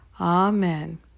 Amen